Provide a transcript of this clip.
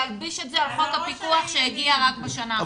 ולהלביש את זה על חוק הפיקוח שהגיע רק בשנה האחרונה.